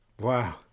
Wow